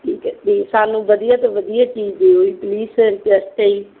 ਠੀਕ ਹੈ ਜੀ ਸਾਨੂੰ ਵਧੀਆ ਤੋਂ ਵਧੀਆ ਚੀਜ਼ ਦਿਓ ਜੀ ਪਲੀਜ਼ ਰਿਕੁਐਸਟ ਹੈ ਜੀ